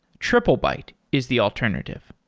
triplebyte is the alternative.